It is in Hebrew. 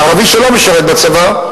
לערבי שלא משרת בצבא,